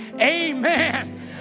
amen